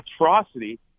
atrocity